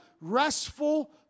restful